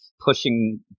pushing